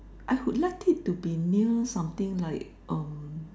I would like it to be near something like uh